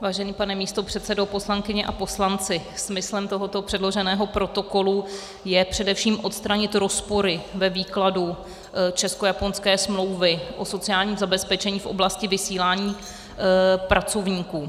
Vážený pane místopředsedo, poslankyně a poslanci, smyslem tohoto předloženého protokolu je především odstranit rozpory ve výkladu českojaponské smlouvy o sociálním zabezpečení v oblasti vysílání pracovníků.